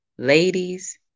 Ladies